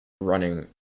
running